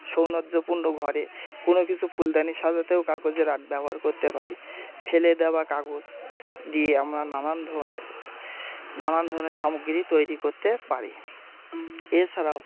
সৌন্দর্যপূর্ণ ঘরে কোনো কিছু ফুলদানি সাজাতেও কাগজের আর্ট ব্যবহার করতে পারি ফেলে দেওয়া কাগজ দিয়ে আমরা নানান ধরনের নানান ধরনের সামগ্রী তৈরি করতে পারি এছাড়াও